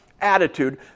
attitude